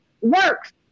works